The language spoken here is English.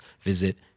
visit